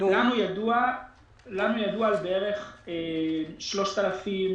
לנו ידוע על בערך 3,000